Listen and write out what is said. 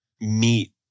meet